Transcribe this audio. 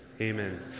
Amen